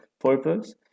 purpose